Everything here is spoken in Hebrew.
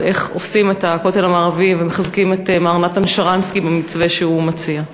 איך עושים את הכותל המערבי ומחזקים את מר נתן שרנסקי במתווה שהוא מציע.